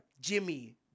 Jimmy